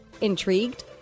Intrigued